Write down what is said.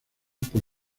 por